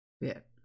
bit